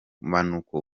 bumanuko